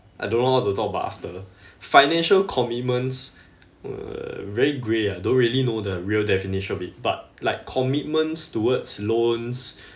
I don't know how to talk about after financial commitments uh very grey ah don't really know the real definition of it but like commitments towards loans